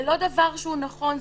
זה לא דבר שהוא נכון.